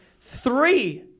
three